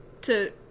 to-